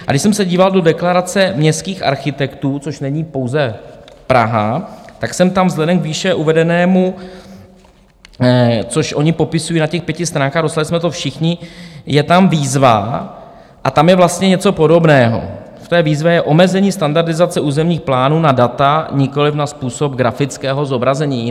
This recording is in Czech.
A když jsem se díval do deklarace městských architektů, což není pouze Praha, tak jsem tam vzhledem k výše uvedenému což oni popisují na těch pěti stránkách, dostali jsme to všichni, je tam výzva a tam je vlastně něco podobného v té výzvě je omezení standardizace územních plánů na data, nikoliv na způsob grafického zobrazení.